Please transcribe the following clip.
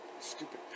stupid